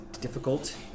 difficult